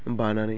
बानानै